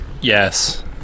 yes